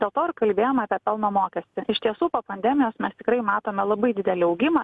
dėl to ir kalbėjom apie pelno mokestį iš tiesų po pandemijos mes tikrai matome labai didelį augimą